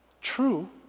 True